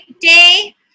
day